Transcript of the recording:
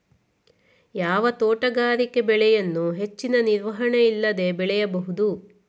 ಯಾವ ತೋಟಗಾರಿಕೆ ಬೆಳೆಯನ್ನು ಹೆಚ್ಚಿನ ನಿರ್ವಹಣೆ ಇಲ್ಲದೆ ಬೆಳೆಯಬಹುದು?